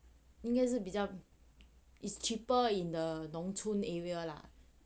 应该是比 is cheaper in the 农村 area lah